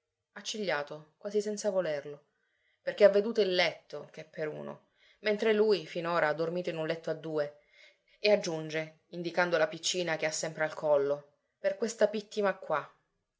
accigliato quasi senza volerlo perché ha veduto il letto che è per uno mentre lui finora ha dormito in un letto a due e aggiunge indicando la piccina che ha sempre al collo per questa pìttima qua